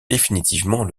définitivement